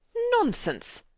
nonsense!